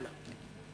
חבר הכנסת מולה.